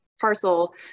parcel